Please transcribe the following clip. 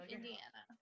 Indiana